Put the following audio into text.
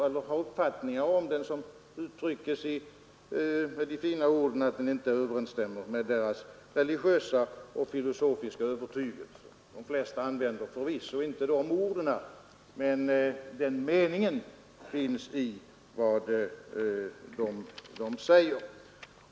De har uppfattningar om den som kan uttryckas med de fina orden att den inte överensstämmer med deras religiösa och filosofiska övertygelse. De flesta använder förvisso inte de orden, men den meningen finns i vad de säger.